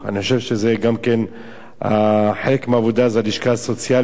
ואני חושב שחלק מהעבודה זה הלשכה הסוציאלית.